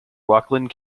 rockland